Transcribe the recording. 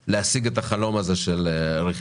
יצרו קשר וגם שיבחתי אותם על כך,